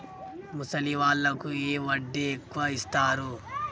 ముసలి వాళ్ళకు ఏ వడ్డీ ఎక్కువ ఇస్తారు?